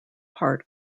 part